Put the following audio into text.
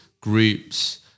groups